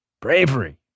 bravery